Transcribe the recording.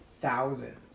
thousands